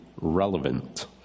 relevant